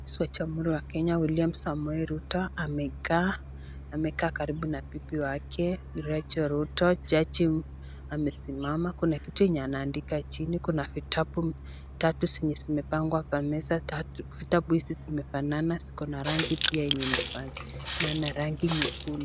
Rais wa jamhuri wa Kenya William Samoei Ruto amekaa, amekaa karibu na bibi wake Rechael Ruto. Jajqi amesimama kuna kitu yenye anaandika chini, kuna vitabu tatu zenye zimepangwa kwa meza vitabu hizi zinafanana ziko na rangi pia imefanana na rangi nyekundu.